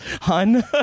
hun